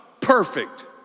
perfect